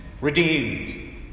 Redeemed